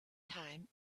time